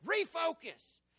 Refocus